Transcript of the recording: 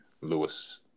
Lewis